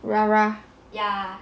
ra ra